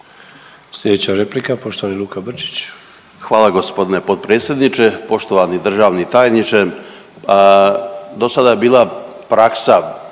Slijedeća replika poštovani Luka Brčić. **Brčić, Luka (HDZ)** Hvala gospodine potpredsjedniče. Poštovani državni tajniče,